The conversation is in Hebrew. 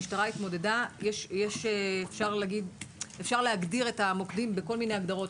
מחדש, ואפשר להגדיר את המוקדים בכל מיני הגדרות.